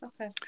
Okay